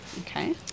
okay